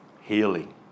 healing